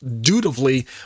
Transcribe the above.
dutifully